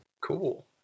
Cool